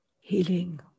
healing